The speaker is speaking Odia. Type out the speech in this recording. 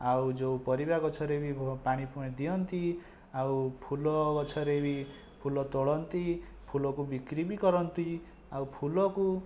ଆଉ ଯେଉଁ ପରିବା ଗଛରେ ବି ପାଣି ଦିଅନ୍ତି ଆଉ ଫୁଲ ଗଛରେ ବି ଫୁଲ ତୋଳନ୍ତି ଫୁଲକୁ ବିକ୍ରି ବି କରନ୍ତି ଆଉ ଫୁଲ କୁ